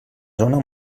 zona